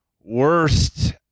worst